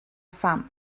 paham